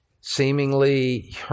seemingly